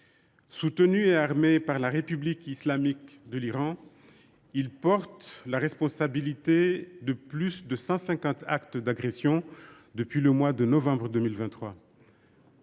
Soutenus et armés par la République islamique d’Iran, ils portent la responsabilité de plus de 150 actes d’agression depuis le mois de novembre 2023.